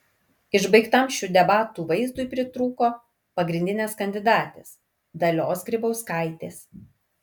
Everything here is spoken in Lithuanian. išbaigtam šių debatų vaizdui pritrūko pagrindinės kandidatės dalios grybauskaitės